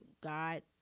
God